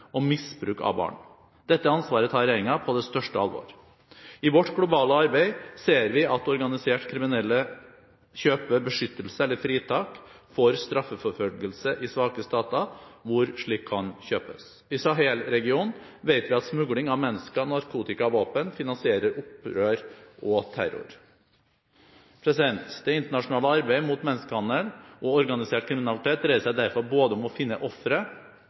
og misbruk av barn. Dette ansvaret tar regjeringen på det største alvor. I vårt globale arbeid ser vi at organiserte kriminelle kjøper beskyttelse eller fritak for straffeforfølgelse i svake stater hvor slikt kan kjøpes. I Sahel-regionen vet vi at smugling av mennesker, narkotika og våpen finansierer opprør og terror. Det internasjonale arbeidet mot menneskehandel og organisert kriminalitet dreier seg derfor om å finne ofre,